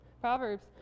Proverbs